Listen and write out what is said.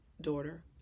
daughter